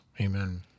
Amen